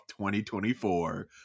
2024